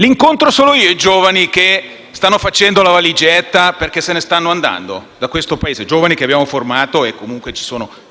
Incontro solo io i giovani che stanno facendo la valigetta perché se ne stanno andando da questo Paese? Sono giovani che abbiamo formato, su cui giustamente